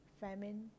famine